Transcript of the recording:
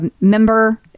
member